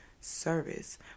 service